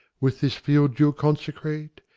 with this field-dew consecrate,